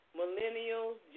millennials